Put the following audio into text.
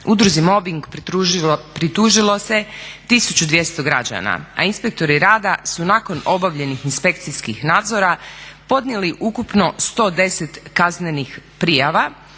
Udruzi mobing pritužilo se 1200 građana, a inspektori rada su nakon obavljenih inspekcijskih nadzora podnijeli ukupno 110 kaznenih prijava